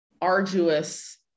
arduous